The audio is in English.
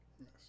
Yes